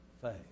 faith